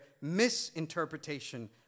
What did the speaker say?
misinterpretation